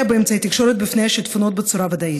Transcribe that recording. באמצעי התקשורת מפני השיטפונות בצורה ודאית.